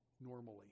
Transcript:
normally